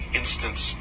instance